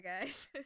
guys